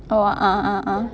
oh ah ah ah